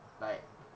like